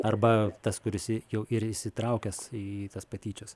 arba tas kuris jau ir įsitraukęs į tas patyčias